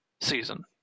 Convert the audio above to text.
season